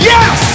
Yes